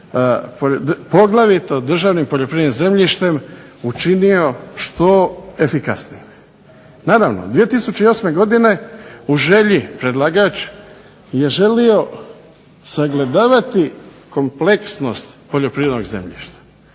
poglavito državnim poljoprivrednim zemljištem učinio što efikasnijim. Naravno, 2008. godine u želji je predlagač je želio sagledavati kompleksnost poljoprivrednog zemljišta.